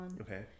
Okay